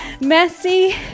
messy